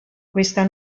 questa